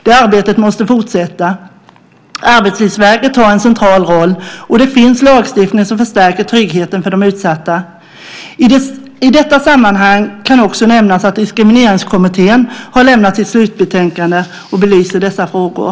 Det arbetet måste fortsätta. Arbetslivsverket har en central roll, och det finns lagstiftning som förstärker tryggheten för de utsatta. I detta sammanhang kan också nämnas att Diskrimineringskommittén har lämnat sitt slutbetänkande som belyser dessa frågor.